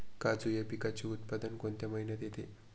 काजू या पिकाचे उत्पादन कोणत्या महिन्यात येते?